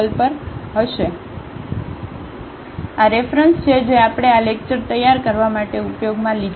તેથી આ રેફરન્સ છે જે આપણે આ લેક્ચર તૈયાર કરવા માટે ઉપયોગમાં લીધા છે